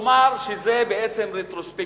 כלומר שזה רטרוספקטיבי,